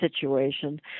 situation